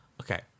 Okay